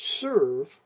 serve